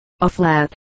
A-flat